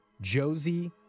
Josie